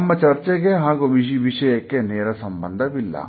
ನಮ್ಮ ಚರ್ಚೆಗೆ ಹಾಗೂ ಈ ವಿಷಯಕ್ಕೆ ನೇರ ಸಂಬಂಧವಿಲ್ಲ